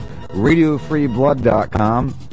RadioFreeBlood.com